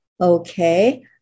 Okay